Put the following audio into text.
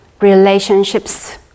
relationships